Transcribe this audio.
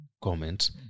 comments